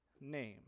name